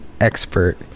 expert